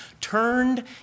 turned